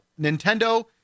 Nintendo